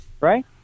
right